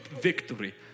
victory